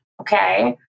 okay